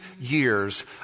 years